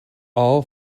all